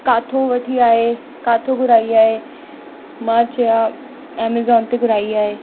किथां वठी आहे किथां घुराई आहे मां चयां एमेज़ॉन ते घुराई आहे